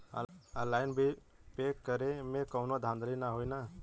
Online bill pay करे में कौनो धांधली ना होई ना?